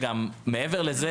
לזה,